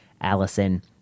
Allison